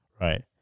right